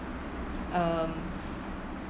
um